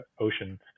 ocean